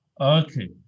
Okay